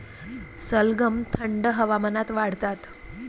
सलगम थंड हवामानात वाढतात